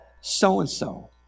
so-and-so